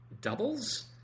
doubles